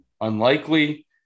Unlikely